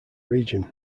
region